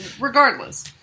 Regardless